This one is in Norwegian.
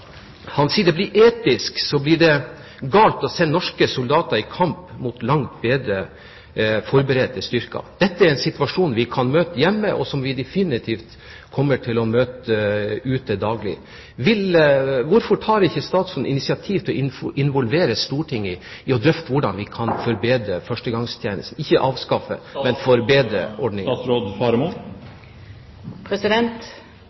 Han sier: «Etisk blir det galt å sende norske soldater i kamp mot langt bedre forberedte styrker.» Dette er en situasjon vi kan møte hjemme, og som vi definitivt kommer til å møte ute daglig. Hvorfor tar ikke statsråden initiativ til å involvere Stortinget i en drøfting av hvordan vi kan forbedre førstegangstjenesten – ikke avskaffe, men forbedre